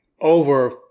over